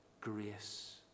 grace